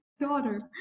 daughter